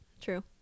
true